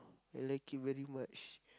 I like it very much